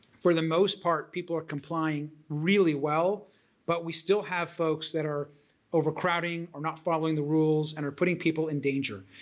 for the most part people are complying really well but we still have folks that are overcrowding, not following the rules, and are putting people in danger.